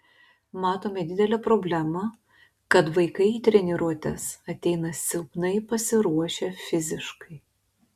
matome didelę problemą kad vaikai į treniruotes ateina silpnai pasiruošę fiziškai